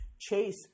Chase